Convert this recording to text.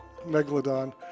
megalodon